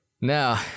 Now